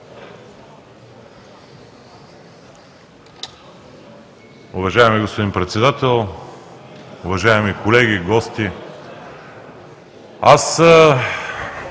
Уважаеми господин Председател, уважаеми колеги, гости! Не